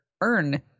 earn